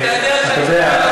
אתה יודע,